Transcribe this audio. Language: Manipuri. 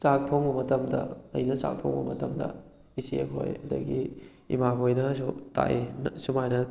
ꯆꯥꯛ ꯊꯣꯡꯕ ꯃꯇꯝꯗ ꯑꯩꯅ ꯆꯥꯛ ꯊꯣꯡꯕ ꯃꯇꯝꯗ ꯏꯆꯦꯈꯣꯏ ꯑꯗꯨꯗꯒꯤ ꯏꯃꯥꯈꯣꯏꯅꯁꯨ ꯇꯥꯛꯏ ꯁꯨꯃꯥꯏꯅ